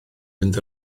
fynd